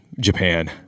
Japan